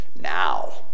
Now